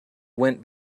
went